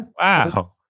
Wow